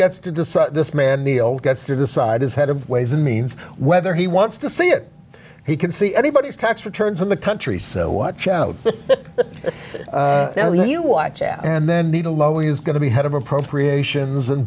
gets to decide this man neil gets to decide as head of ways and means whether he wants to see it he can see anybody's tax returns in the country so watch out you watch out and then nita lowey is going to be head of appropriations and